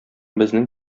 безнең